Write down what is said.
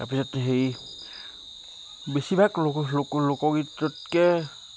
তাৰপিছত সেই বেছিভাগ লোক লোক লোকগীততকে